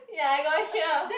ya I got hear